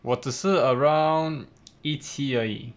我只是 around 一七而已